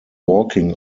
walking